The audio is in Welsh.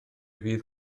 fydd